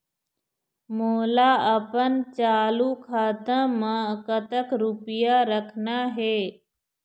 मोला अपन चालू खाता म कतक रूपया रखना हे?